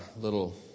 little